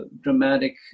dramatic